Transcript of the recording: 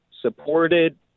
supported